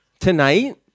Tonight